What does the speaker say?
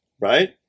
Right